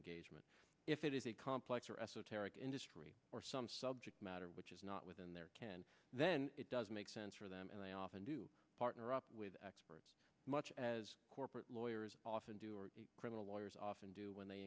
engagement if it is a complex or esoteric industry or some subject matter which is not within their can then it doesn't make sense for them and they often do partner up with experts much as corporate lawyers often do or criminal lawyers often do when they